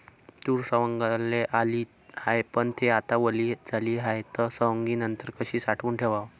तूर सवंगाले आली हाये, पन थे आता वली झाली हाये, त सवंगनीनंतर कशी साठवून ठेवाव?